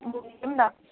अब जाऊँ न